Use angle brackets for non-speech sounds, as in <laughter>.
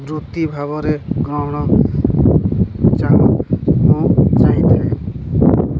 ବୃତ୍ତି ଭାବରେ ଗ୍ରହଣ <unintelligible> ମୁଁ ଚାହିଁଥାଏ